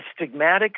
stigmatic